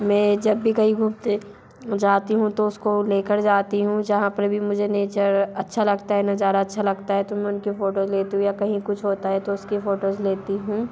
मैं जब भी कहीं घूमने जाती हूँ तो उसको लेकर जाती हूँ जहाँ पर भी मुझे नेचर अच्छा लगता है नजारा अच्छा लगता है तो मैं उनके फोटोज लेती हूँ या कहीं कुछ होता है तो उसकी फोटोज लेती हूँ